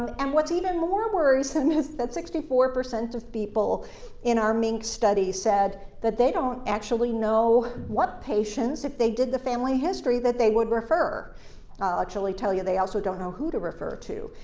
um and what's even more worrisome that sixty four percent of people in our minc study said that they don't actually know what patients, if they did the family history, that they would refer. i'll actually tell you they also don't know who to refer to.